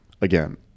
again